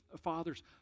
Father's